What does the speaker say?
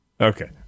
Okay